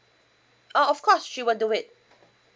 oh of course she will do it